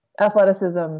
Athleticism